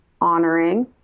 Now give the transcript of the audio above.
honoring